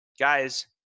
Guys